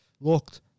Looked